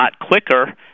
quicker